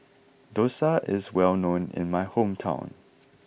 Dosa is well known in my hometown